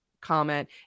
comment